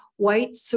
white